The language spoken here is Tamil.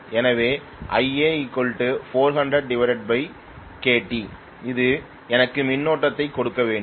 எனவே Ia400kt அது எனக்கு மின்னோட்டத்தை கொடுக்க வேண்டும்